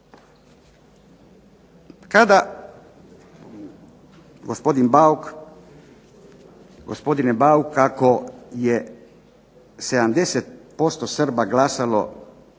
kako je 70% Srba glasalo